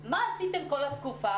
מה הם עשו כל התקופה.